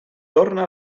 torna